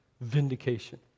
vindication